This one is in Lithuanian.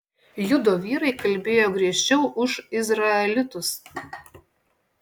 judo vyrai kalbėjo griežčiau už izraelitus